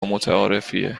متعارفیه